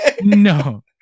no